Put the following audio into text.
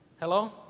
Hello